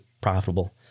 profitable